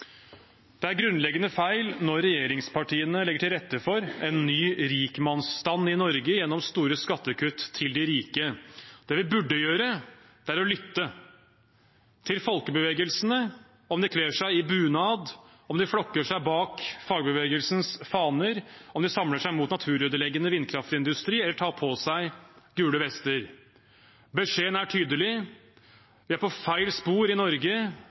Det er grunnleggende feil når regjeringspartiene legger til rette for en ny rikmannsstand i Norge gjennom store skattekutt til de rike. Det vi burde gjøre, er å lytte til folkebevegelsene om de kler seg i bunad, om de flokker seg bak fagbevegelsens faner, om de samler seg mot naturødeleggende vindkraftindustri eller de tar på seg gule vester. Beskjeden er tydelig: Vi er på feil spor i Norge